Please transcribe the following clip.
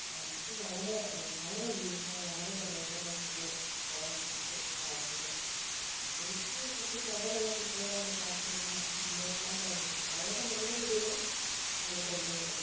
അത് വളരെ വളരെ നീറ്റായി വളരെ മനോഹരമായി കൊണ്ടു പോകുവാൻ ആൾക്ക് സാധിക്കുന്നുണ്ട് എനിക്ക് കുറച്ച് ഫ്ലവർ ഉള്ള പൂക്കളോടാണ് താല്പര്യമെങ്കിലും ആൾക്ക് ഇൻ്റോർ പ്ലാൻ്റ് ആണിഷ്ടം വളരെ നല്ല രീതിയിൽ ആള് കൊണ്ടുപോവുന്നുണ്ട്